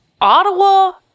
Ottawa